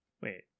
wait